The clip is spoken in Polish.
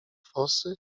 fosy